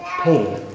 pain